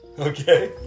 okay